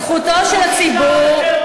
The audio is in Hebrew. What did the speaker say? זכותו של הציבור,